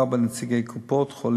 ארבעה נציגי קופות-חולים,